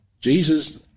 Jesus